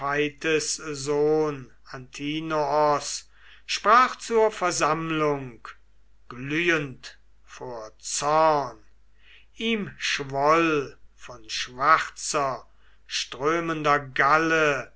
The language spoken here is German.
antinoos sprach zur versammlung glühend vor zorn ihm schwoll von schwarzer strömender galle